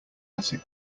attic